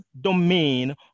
domain